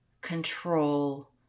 control